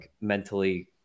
mentally